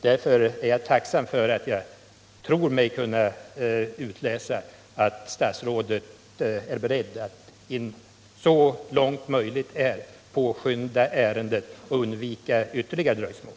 Därför är jag tacksam för att jag tror mig kunna utläsa att statsrådet är beredd att så långt möjligt påskynda ärendet och undvika ytterligare dröjsmål.